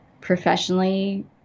professionally